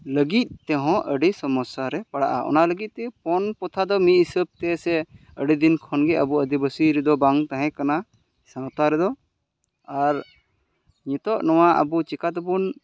ᱞᱟᱹᱜᱤᱫ ᱛᱮᱦᱚᱸ ᱟᱹᱰᱤ ᱥᱚᱢᱚᱥᱥᱟ ᱨᱮ ᱯᱟᱲᱟᱜᱼᱟ ᱚᱱᱟ ᱞᱟᱹᱜᱤᱫ ᱛᱮ ᱯᱚᱱ ᱯᱚᱛᱷᱟ ᱫᱚ ᱢᱤᱫ ᱦᱤᱥᱟᱹᱵ ᱛᱮ ᱥᱮ ᱟᱹᱰᱤ ᱫᱤᱱ ᱠᱷᱚᱱ ᱜᱮ ᱟᱵᱚ ᱟᱹᱫᱤᱵᱟᱹᱥᱤ ᱨᱮᱫᱚ ᱵᱟᱝ ᱛᱟᱦᱮᱸ ᱠᱟᱱᱟ ᱥᱟᱶᱛᱟ ᱨᱮᱫᱚ ᱟᱨ ᱱᱤᱛᱚᱜ ᱱᱚᱣᱟ ᱟᱵᱚ ᱪᱮᱠᱟ ᱛᱮᱵᱚᱱ